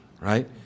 right